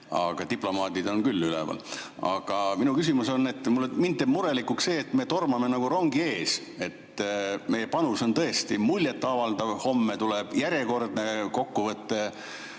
Diplomaadid on küll üleval [rõdul]. Aga minu küsimus on, et mind teeb murelikuks see, et me tormame nagu rongi ees. Meie panus on tõesti muljet avaldav, homme tuleb järjekordne kokkuvõte.